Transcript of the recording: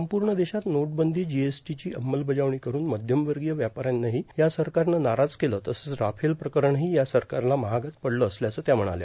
संपूर्ण देशात नोटबंदी जीएसटी ची अंमलबजावणी करून मध्यमवर्गीय व्यापाऱ्यांनाही या सरकारनं नाराज केलं तसंच राफेल प्रकरणही या सरकारला महागात पडलं असल्याचं त्या म्हणाल्या